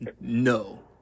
No